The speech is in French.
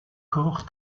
corps